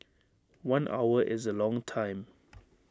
one hour is A long time